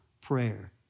Prayer